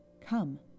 Come